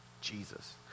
Jesus